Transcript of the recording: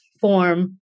form